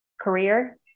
career